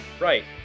Right